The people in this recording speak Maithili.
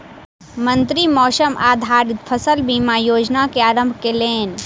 मंत्री मौसम आधारित फसल बीमा योजना के आरम्भ केलैन